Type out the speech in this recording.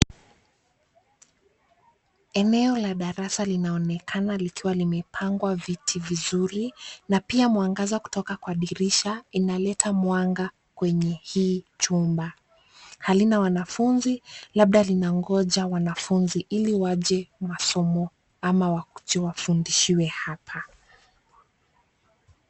Eneo la darasa linaonekana likiwa limepangwa viti vizuri na pia mwangaza kutoka kwa dirisha inaleta mwanga kwenye hii chumba. Halina wanafunzi labda linangoja wanafunzi ili waje wasomo ama wakuje wafundishiwe hapa.